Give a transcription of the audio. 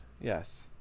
yes